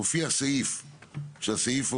מופיע סעיף שאומר: